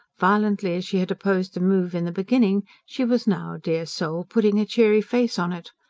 violently as she had opposed the move in the beginning, she was now, dear soul, putting a cheery face on it.